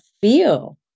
feel